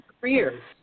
careers